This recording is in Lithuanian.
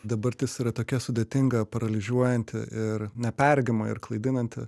dabartis yra tokia sudėtinga paralyžiuojanti ir neperregima ir klaidinanti